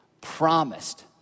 promised